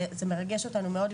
וזה מרגש אותנו מאוד,